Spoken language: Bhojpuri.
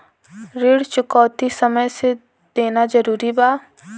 ऋण चुकौती समय से देना जरूरी बा?